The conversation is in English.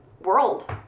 world